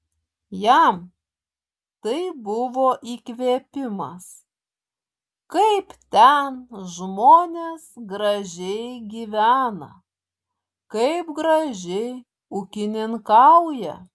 jam tai buvo įkvėpimas kaip ten žmonės gražiai gyvena kaip gražiai ūkininkauja